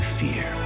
fear